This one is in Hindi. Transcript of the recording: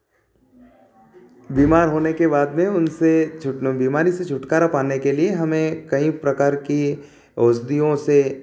बीमार होने के बाद में उनसे छूटने बीमारी से छुटकारा पाने के लिए हमें कई प्रकार की औषधियों से